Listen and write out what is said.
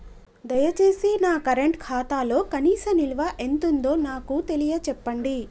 దయచేసి నా కరెంట్ ఖాతాలో కనీస నిల్వ ఎంతుందో నాకు తెలియచెప్పండి